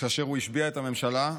כאשר הוא השביע את הממשלה.